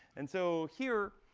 and so here,